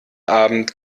abend